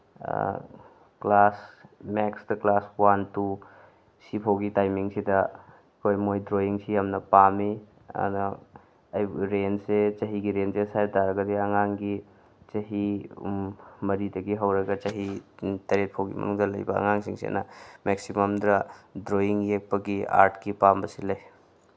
class ꯃꯦꯛꯁꯇ class one two ꯁꯤꯐꯥꯎꯒꯤ ꯇꯥꯏꯃꯤꯡꯁꯤꯗ ꯑꯩꯈꯣꯏ ꯃꯣꯏ ꯗ꯭ꯔꯣꯋꯤꯡꯁꯤ ꯌꯥꯝꯅ ꯄꯥꯝꯃꯤ ꯑꯗꯣ ꯔꯦꯟꯖꯁꯦ ꯆꯍꯤꯒꯤ ꯔꯦꯟꯖꯦꯁ ꯍꯥꯏ ꯇꯥꯔꯒꯗꯤ ꯑꯉꯥꯡꯒꯤ ꯆꯍꯤ ꯃꯔꯤꯗꯒꯤ ꯍꯧꯔꯒ ꯆꯍꯤ ꯇꯔꯦꯠ ꯐꯥꯎꯒꯤ ꯃꯅꯨꯡꯗ ꯂꯩꯕ ꯑꯉꯥꯡꯁꯤꯡꯁꯤꯅ ꯃꯦꯛꯁꯤꯃꯝꯗ ꯗ꯭ꯔꯣꯋꯤꯡ ꯌꯦꯛꯄꯒꯤ ꯑꯥꯔꯠꯀꯤ ꯑꯄꯥꯝꯕꯁꯤ ꯂꯩ